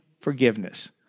forgiveness